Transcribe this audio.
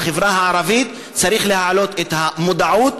בחברה הערבית צריך להעלות את המודעות,